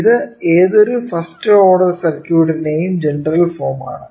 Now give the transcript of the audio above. ഇത് ഏതൊരു first order സർക്യുട്ടിന്റെയും ജനറൽ ഫോം ആണ്